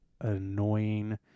annoying